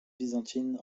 byzantine